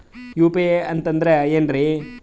UPI ಅಂತಂದ್ರೆ ಏನ್ರೀ?